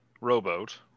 rowboat